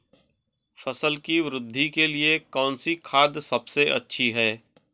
फसल की वृद्धि के लिए कौनसी खाद सबसे अच्छी है?